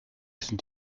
sind